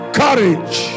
courage